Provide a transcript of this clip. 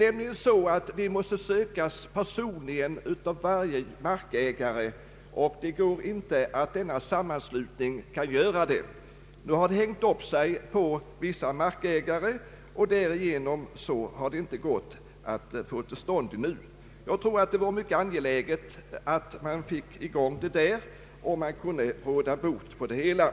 Bidragen måste nämligen sökas personligen av varje markägare, och det är inte tillåtet för denna sammanslutning att göra det. Det hela har hängt upp sig på vissa markägare, och därigenom har det inte varit möjligt att sätta i gång arbetena ännu. Jag tror att det vore mycket angeläget att få i gång dessa arbeten för att därigenom söka råda bot på problemen.